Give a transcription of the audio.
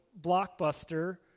Blockbuster